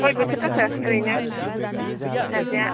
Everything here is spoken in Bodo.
खय बोसोर जाखो ओरैनो फिसाजोआ